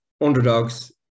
Underdogs